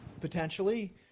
potentially